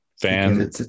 Fan